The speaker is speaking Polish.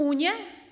Unię?